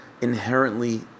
inherently